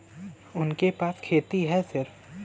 उनके पास खेती हैं सिर्फ